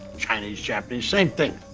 chinese, japanese. same thing.